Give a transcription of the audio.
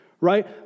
right